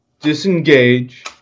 disengage